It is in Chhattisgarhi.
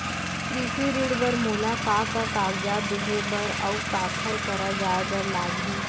कृषि ऋण बर मोला का का कागजात देहे बर, अऊ काखर करा जाए बर लागही?